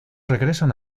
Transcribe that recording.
regresan